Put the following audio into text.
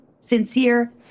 sincere